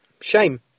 Shame